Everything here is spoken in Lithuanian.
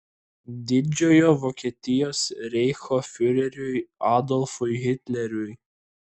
didžiojo vokietijos reicho fiureriui adolfui hitleriui